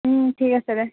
ঠিক আছে দে